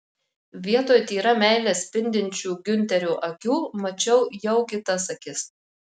vietoj tyra meile spindinčių giunterio akių mačiau jau kitas akis